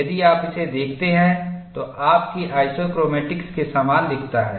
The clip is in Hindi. यदि आप इसे देखते हैं तो आपकी आइसोक्रोमैटिक्स के समान दिखता है